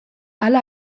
hala